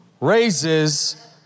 raises